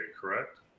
correct